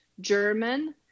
German